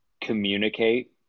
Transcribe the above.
communicate